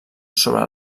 sobre